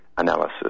analysis